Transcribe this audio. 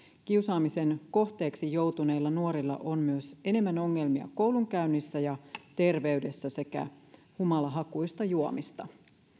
kiusaamisen kohteeksi joutuneilla nuorilla on myös enemmän ongelmia koulunkäynnissä ja terveydessä sekä humalahakuista juomista